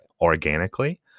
organically